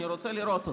אני רוצה לראות אותה.